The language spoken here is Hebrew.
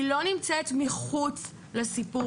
היא לא נמצאת מחוץ לסיפור,